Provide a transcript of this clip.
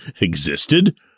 existed